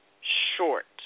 Short